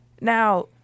Now